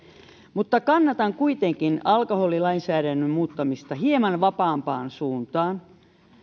kannatan kuitenkin alkoholilainsäädännön muuttamista hieman vapaampaan suuntaan